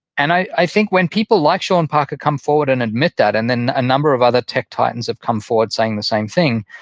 and i think when people like sean parker come forward and admit that, and then a number of other tech titans have come forward saying the same thing,